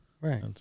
Right